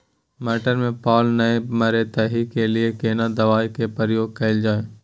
मटर में पाला नैय मरे ताहि के लिए केना दवाई के प्रयोग कैल जाए?